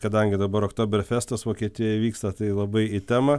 kadangi dabar oktoberfestas vokietijoj vyksta tai labai į temą